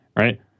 Right